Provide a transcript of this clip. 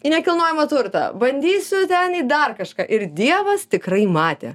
į nekilnojamą turtą bandysiu ten į dar kažką ir dievas tikrai matė